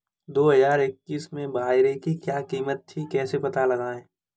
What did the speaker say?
दो हज़ार इक्कीस में बाजरे की क्या कीमत थी कैसे पता लगाएँ?